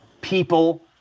people